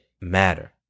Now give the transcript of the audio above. matter